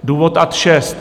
Důvod ad 6.